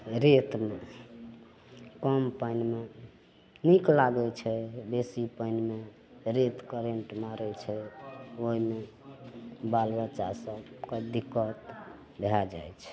रेतमे कम पानिमे नीक लागय छै बेसी पानिमे रेत करेन्ट मारय छै ओइमे बाल बच्चा सबके दिक्कत भए जाइ छै